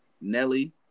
Nelly